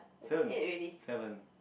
seven seven